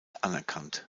anerkannt